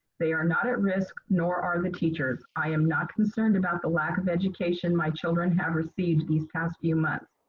they are not at risk, nor are the teachers. i am not concerned about the lack of education my children have received these past few months.